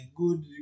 good